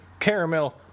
caramel